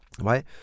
Right